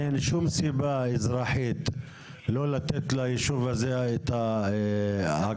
אין שום סיבה אזרחית לא לתת ליישוב הזה את ההכרה.